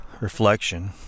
Reflection